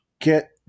get